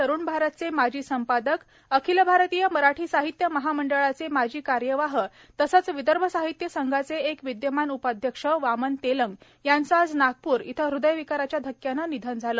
तरूण भारतचे माजी संपादक अखिल भारतीय मराठी साहित्य महामंडळाचे माजी कार्यवाह तसेच विदर्भ साहित्य संघाचे एक विदयमान उपाध्यक्ष वामन तेलंग यांचे आज नागपूर इथे हृदयविकाराच्या धक्क्याने निधन झाले